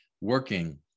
working